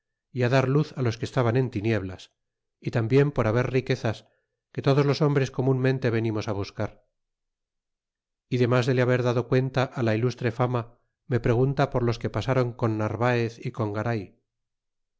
y dar luz los que estaban en tinieblas y tambien por haber riquezas que todos los hombres comunmente venimos a buscar y denlas de le haber dado cuenta á la ilustre fama me pregunta por los que pasaron con narvaez y con garay